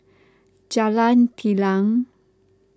Jalan Telang